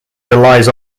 relies